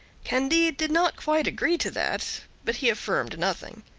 candide did not quite agree to that, but he affirmed nothing.